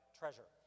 treasure